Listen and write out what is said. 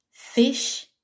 fish